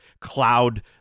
cloud